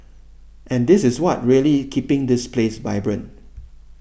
and this is what really keeping this place vibrant